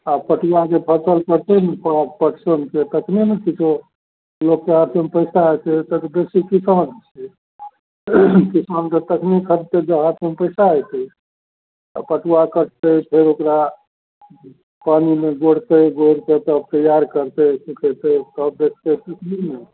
आओर पटुआके फसिल कटतै नहि तऽ पटसनके तखने ने किछु लोकके हाथोमे पइसा अएतै एतए तऽ देखै छिए कहाँ होइ छै किसान तऽ तखने करतै जखन हाथमे पइसा अएतै आओर पटुआ कटतै फेर ओकरा पानिमे गोड़तै गोड़िके तब तैआर करतै सुखेतै तब बेचतै सुतलीमे